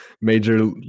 major